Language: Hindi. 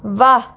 वाह